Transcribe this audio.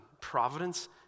providence